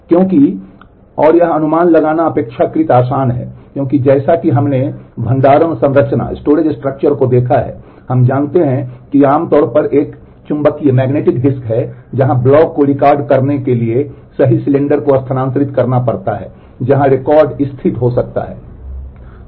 क्योंकि और यह अनुमान लगाना अपेक्षाकृत आसान है क्योंकि जैसा कि हमने भंडारण संरचना डिस्क है जहां ब्लॉक को रिकॉर्ड करने के लिए सही सिलेंडर को स्थानांतरित करना पड़ता है जहां रिकॉर्ड स्थित हो सकता है